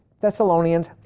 Thessalonians